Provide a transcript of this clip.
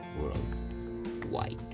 Worldwide